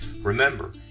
Remember